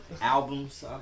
Albums